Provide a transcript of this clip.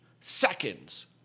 seconds